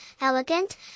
elegant